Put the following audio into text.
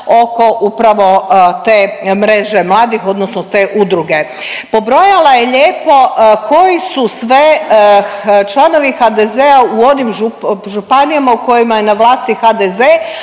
oko upravo te Mreže mladih, odnosno te udruge. Pobrojala je lijepo koji su sve članovi HDZ-a u onim .../nerazumljivo/... županijama u kojima je na vlasti HDZ,